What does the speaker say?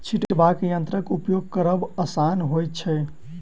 छिटबाक यंत्रक उपयोग करब आसान होइत छै